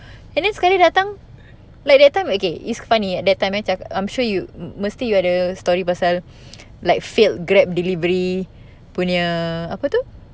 and then sekali datang like that time okay it's funny that time eh I'm sure you mesti you ada story pasal like failed grab delivery punya apa tu